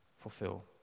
fulfill